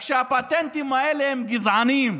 רק שהפטנטים האלה הם גזעניים,